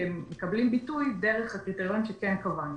כמקבלים ביטוי דרך הקריטריון שכן קבענו.